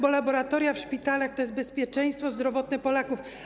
Bo laboratoria w szpitalach to bezpieczeństwo zdrowotne Polaków.